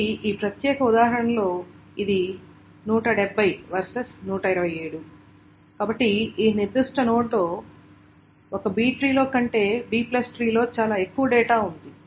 కాబట్టి ఈ ప్రత్యేక ఉదాహరణలో ఇది 170 వర్సెస్ 127 కాబట్టి ఒక నిర్దిష్ట నోడ్ లో ఒక B ట్రీ కంటే Bట్రీ లో చాలా ఎక్కువ డేటా ఉంటుంది